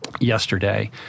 Yesterday